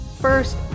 First